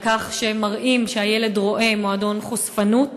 על כך שמראים שהילד רואה מועדון חשפנות.